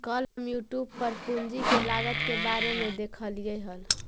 कल हम यूट्यूब पर पूंजी के लागत के बारे में देखालियइ हल